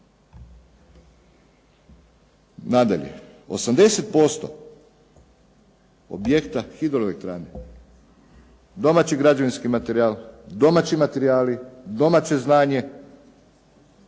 Nadalje, 80% objekta hidroelektrane, domaći građevinski materijal, domaći materijali, domaće znanje,